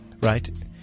right